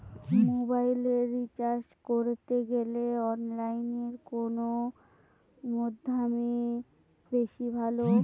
মোবাইলের রিচার্জ করতে গেলে অনলাইনে কোন মাধ্যম বেশি ভালো?